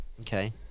Okay